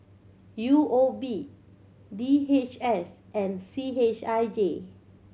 U O B D H S and C H I J